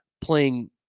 playing